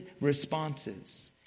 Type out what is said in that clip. responses